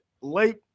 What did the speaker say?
late